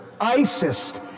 ISIS